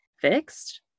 fixed